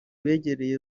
begereye